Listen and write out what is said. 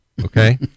okay